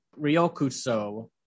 Ryokuso